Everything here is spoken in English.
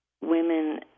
women